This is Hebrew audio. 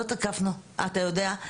לא תקפנו, אתה יודע.